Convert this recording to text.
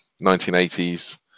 1980s